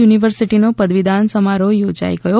યુનિવર્સિટીનો પદવીદાન સમારંભ યોજાઈ ગયો